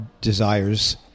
desires